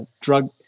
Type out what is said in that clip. drug